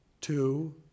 two